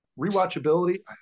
rewatchability